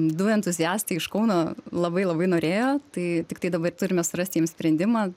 du entuziastai iš kauno labai labai norėjo tai tiktai dabar turime surasti jiems sprendimą